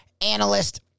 analyst